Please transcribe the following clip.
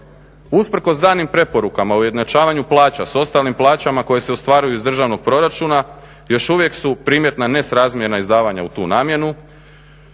Usprkos danim preporukama o ujednačavanju plaća s ostalim plaćama koje se ostvaruju iz državnog proračuna još uvijek su primjetna ne srazmjerna izdavanja u tu namjenu.